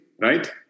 right